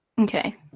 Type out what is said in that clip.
Okay